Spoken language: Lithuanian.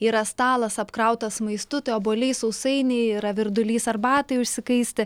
yra stalas apkrautas maistu tai obuoliai sausainiai yra virdulys arbatai užsikaisti